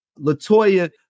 Latoya